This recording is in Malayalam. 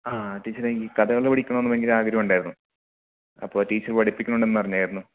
ആ ടീച്ചറെ എനിക്ക് കഥകളി പഠിക്കണം എന്ന് ഭയങ്കര ആഗ്രഹം ഉണ്ടായിരുന്നു അപ്പോൾ ടീച്ചറ് പഠിപ്പിക്കുന്നുണ്ടെന്ന് അറിഞ്ഞായിരുന്നു